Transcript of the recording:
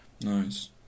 Nice